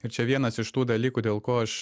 ir čia vienas iš tų dalykų dėl ko aš